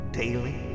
daily